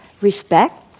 respect